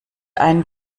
einen